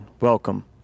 welcome